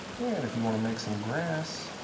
and if you want to make some grass,